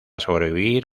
sobrevivir